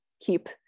keep